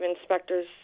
inspectors